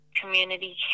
community